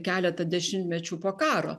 keletą dešimtmečių po karo